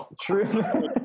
True